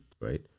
right